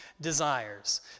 desires